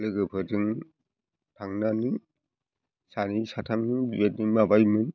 लोगोफोरजों थांनानै सानै साथामजों बेबायदिनो माबायोमोन